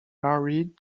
carolyn